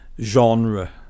genre